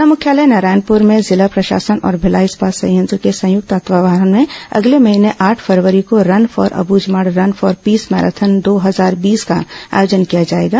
जिला मुख्यालय नारायणपुर में जिला प्रशासन और भिलाई इस्पात संयंत्र के संयुक्त तत्वावधान में अगले महीने आठ फरवरी को run for Abujhmarh run for peace marathon दो हजार बीस का आयोजन किया जाएगा